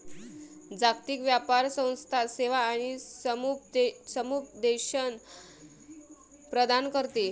जागतिक व्यापार संस्था सेवा आणि समुपदेशन प्रदान करते